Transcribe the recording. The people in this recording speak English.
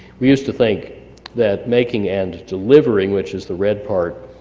we used to think that making and delivering, which is the red part,